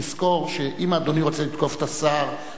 לזכור שאם אדוני רוצה לתקוף את השר,